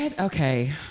okay